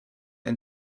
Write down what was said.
and